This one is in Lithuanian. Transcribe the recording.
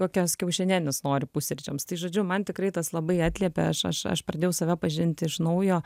kokios kiaušinienės nori pusryčiams tai žodžiu man tikrai tas labai atliepė aš aš aš pradėjau save pažinti iš naujo